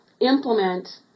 implement